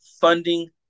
funding